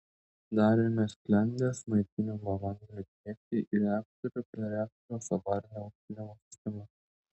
atidarėme sklendes maitinimo vandeniui tiekti į reaktorių per reaktoriaus avarinio aušinimo sistemą